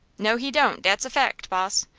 no, he don't dat's a fact, boss.